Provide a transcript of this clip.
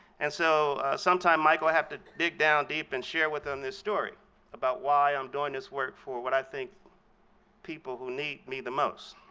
and so sometimes, michael, i have to dig down deep and share with them this story about why i'm doing this work for what i think people who need need the most.